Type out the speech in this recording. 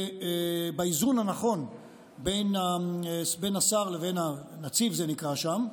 באיזון הנכון בין השר לבין הנציב, כך זה נקרא שם.